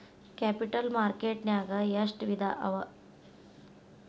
Capital market ನ್ಯಾಗ್ ಎಷ್ಟ್ ವಿಧಾಅವ?